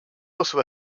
also